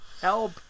Help